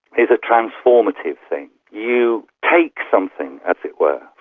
is a transformative thing. you take something, as it were,